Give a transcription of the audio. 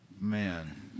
Man